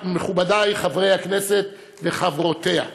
מכובדי חברי הכנסת וחברותיה,